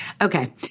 Okay